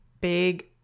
big